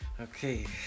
Okay